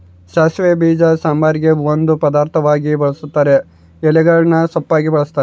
ಸಾಸಿವೆ ಬೀಜ ಸಾಂಬಾರಿಗೆ ಒಂದು ಪದಾರ್ಥವಾಗಿ ಬಳುಸ್ತಾರ ಎಲೆಗಳನ್ನು ಸೊಪ್ಪಾಗಿ ಬಳಸ್ತಾರ